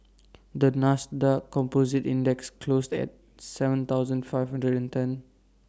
the Nasdaq composite index closed at Seven thousand five hundred and ten